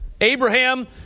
Abraham